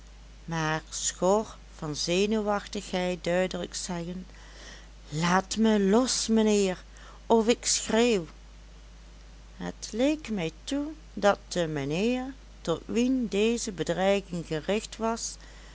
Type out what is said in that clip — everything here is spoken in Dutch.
maar schor van zenuwachtigheid duidelijk zeggen laat me los mijnheer of ik schreeuw het leek mij toe dat de mijnheer tot wien deze bedreiging gericht was